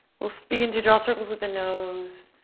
we'll begin to draw circles with the nose,